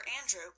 Andrew